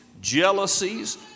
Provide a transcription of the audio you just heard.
jealousies